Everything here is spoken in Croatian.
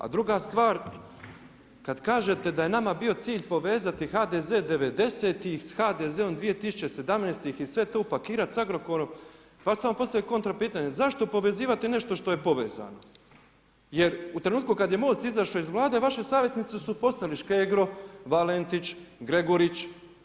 A druga stvar, kada kažete da je nama bio cilj povezati HDZ devedesetih s HDZ-om 2017.-ih i sve to upakirati s Agrokorom, pa ću samo postaviti kontra pitanje, zašto povezivati nešto što je povezano jer u trenutku kada je Most izašao iz Vlade vaši savjetnici su postali Škegro, Valentić, Gregurić.